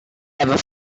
ever